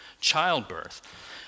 childbirth